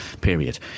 period